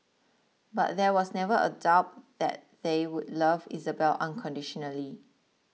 but there was never a doubt that they would love Isabelle unconditionally